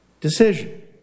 decision